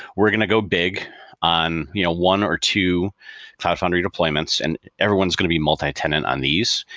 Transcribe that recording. we're going to go big on you know one or two cloud foundry deployments and everyone is going to be multi-tenant on these.